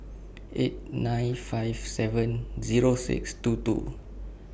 eight nine five seven Zero six two two